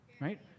right